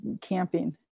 camping